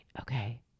okay